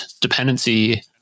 dependency